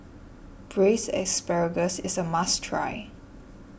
Braised Asparagus is a must try